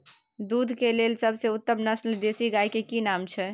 दूध के लेल सबसे उत्तम नस्ल देसी गाय के की नाम छै?